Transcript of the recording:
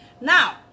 Now